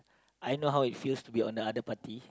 I know how it feels to be on the other party